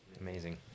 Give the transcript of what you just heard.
Amazing